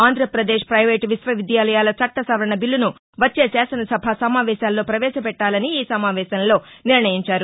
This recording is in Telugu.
ఆంధ్రప్రదేశ్ పైవేటు విశ్వవిద్యాలయాల చట్ట సవరణ బిల్లను వచ్చే శాసనసభ సమావేశాల్లో ప్రవేశపెట్టాలని ఈ సమావేశంలో నిర్ణయించారు